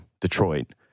Detroit